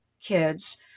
kids